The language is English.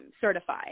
certify